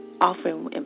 offering